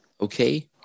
Okay